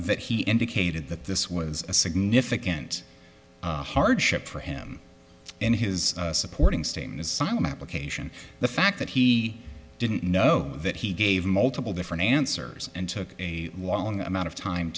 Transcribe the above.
that he indicated that this was a significant hardship for him in his supporting sting's siloam application the fact that he didn't know that he gave multiple different answers and took a long amount of time